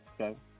okay